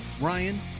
Ryan